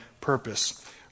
purpose